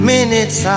Minutes